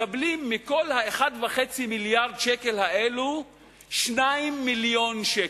מקבלות מכל ה-1.5 מיליארד שקל האלה 2 מיליוני שקלים.